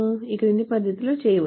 ఈ క్రింది పద్ధతిలో చేయవచ్చు